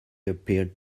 appeared